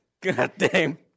goddamn